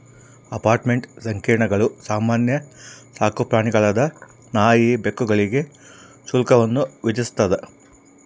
apartment ಸಂಕೀರ್ಣಗಳು ಸಾಮಾನ್ಯ ಸಾಕುಪ್ರಾಣಿಗಳಾದ ನಾಯಿ ಬೆಕ್ಕುಗಳಿಗೆ ಶುಲ್ಕವನ್ನು ವಿಧಿಸ್ತದ